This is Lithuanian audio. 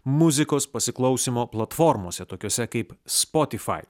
muzikos pasiklausymo platformose tokiose kaip spotify